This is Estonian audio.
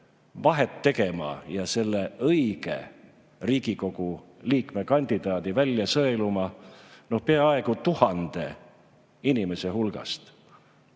vahet tegema ja selle õige Riigikogu liikme kandidaadi välja sõeluma, noh, peaaegu 1000 inimese hulgast.